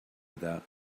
without